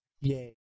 Yay